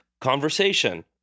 conversation